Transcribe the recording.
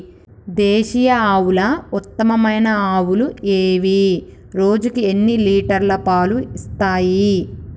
దేశీయ ఆవుల ఉత్తమమైన ఆవులు ఏవి? రోజుకు ఎన్ని లీటర్ల పాలు ఇస్తాయి?